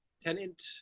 tenant